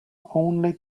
only